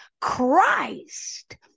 Christ